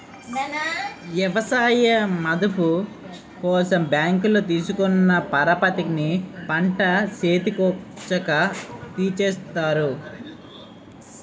ఎవసాయ మదుపు కోసం బ్యాంకులో తీసుకున్న పరపతిని పంట సేతికొచ్చాక తీర్సేత్తాను